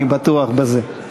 אני בטוח בזה.